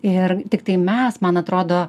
ir tiktai mes man atrodo